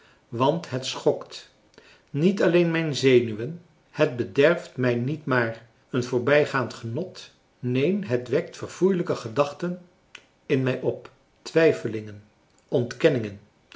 want het schokt niet alleen mijn zenuwen het bederft mij niet maar een voorbijgaand genot neen het wekt verfoeilijke gedachten in mij op twijfelingen ontkenningen